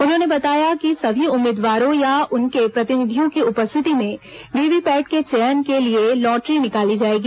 उन्होंने बताया कि सभी उम्मीदवारों या उनके प्रतिनिधियों की उपस्थिति में वीवीपैट के चयन के लिए लॉटरी निकाली जाएगी